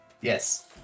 Yes